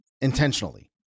intentionally